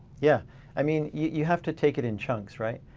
yeah i mean you have to take it in chunks, right?